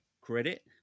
Credit